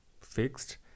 fixed